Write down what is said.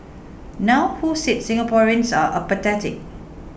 now who said Singaporeans are apathetic